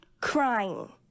crying